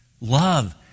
Love